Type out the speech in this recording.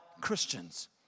Christians